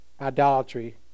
idolatry